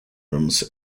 rooms